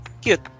Cute